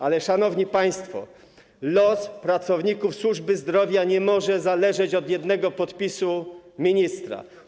Ale, szanowni państwo, los pracowników służby zdrowia nie może zależeć od jednego podpisu ministra.